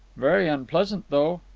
very unpleasant, though.